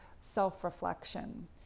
self-reflection